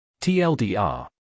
TLDR